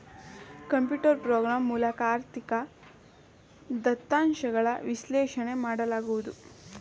computer program ಮೂಲಕ ಆರ್ಥಿಕ ದತ್ತಾಂಶಗಳ ವಿಶ್ಲೇಷಣೆ ಮಾಡಲಾಗುವುದು